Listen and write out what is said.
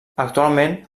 actualment